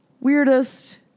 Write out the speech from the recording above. weirdest